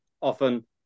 often